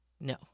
No